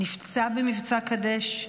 הוא נפצע במבצע קדש,